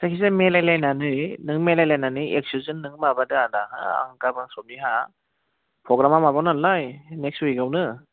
जायखि जाया मिलायलायनानै नों मिलायलायनानै एकस'जन नों माबादो आदा आं गाबोन समनिहा प्रग्रामा माबायाव नालाय नेक्स्ट उइकआवनो